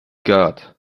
god